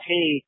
Hey